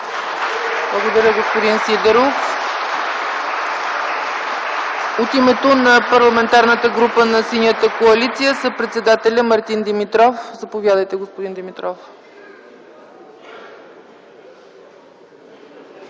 Благодаря Ви, господин Сидеров. От името на Парламентарната група на Синята коалиция – съпредседателят Мартин Димитров. Заповядайте, господин Димитров.